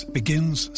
begins